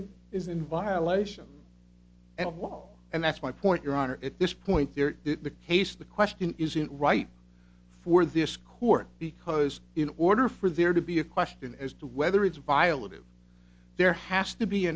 in is in violation of law and that's my point your honor at this point there the case the question isn't right for this court because in order for there to be a question as to whether it's violet there has to be